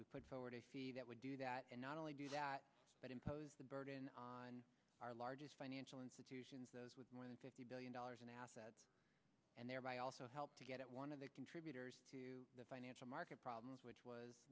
we put forward that would do that and not only do that but impose the burden on our largest financial institutions those with more than fifty billion dollars in assets and thereby also help to get one of the contributors to the financial market problems which was